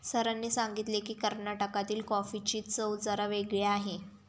सरांनी सांगितले की, कर्नाटकातील कॉफीची चव जरा वेगळी आहे